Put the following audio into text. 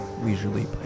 leisurely